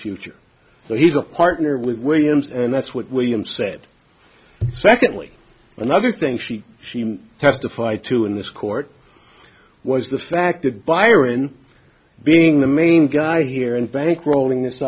future so he's a partner with williams and that's what william said secondly another thing she she testified to in this court was the fact that byron being the main guy here and bankrolling this